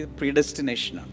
predestination